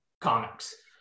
comics